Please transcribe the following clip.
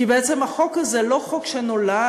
כי בעצם החוק הזה הוא לא חוק שנולד